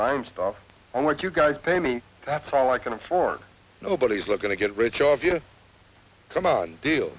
dime stuff on what you guys pay me that's all i can afford nobody is looking to get rich off you come on deal